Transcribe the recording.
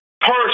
person